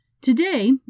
Today